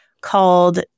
called